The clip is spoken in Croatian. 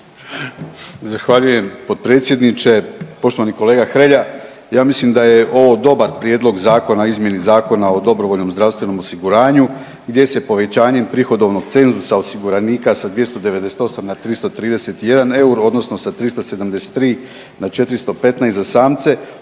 Zahvaljujem potpredsjedniče. Poštovani kolega Hrelja. Ja mislim da je ovo dobar prijedlog zakona o izmjeni Zakona o dobrovoljnom zdravstvenom osiguranju gdje se povećanjem prihodovnog cenzusa osiguranika sa 298 na 331 euro, odnosno sa 373 na 415 za samce,